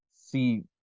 see